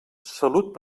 salut